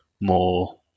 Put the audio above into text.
more